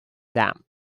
damp